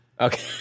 Okay